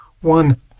one